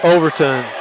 Overton